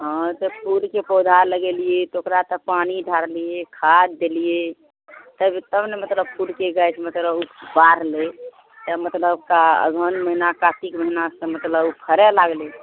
हँ तऽ फूलके पौधा लगेलियै तऽ ओकरा तऽ पानि ढारलियै खाद देलियै तब तब ने मतलब फूलके गाछ मतलब फड़लै तऽ मतलब अगहन महिना कातिक महिनासँ मतलब ओ फड़ै लागलै